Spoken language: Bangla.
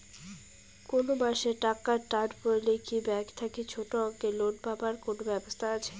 কুনো মাসে টাকার টান পড়লে কি ব্যাংক থাকি ছোটো অঙ্কের লোন পাবার কুনো ব্যাবস্থা আছে?